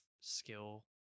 skill